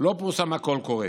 לא פורסם הקול הקורא.